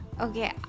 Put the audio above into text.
okay